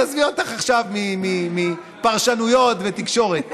אז עזבי אותך עכשיו מפרשנויות ותקשורת.